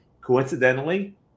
Coincidentally